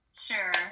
Sure